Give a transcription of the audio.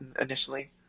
initially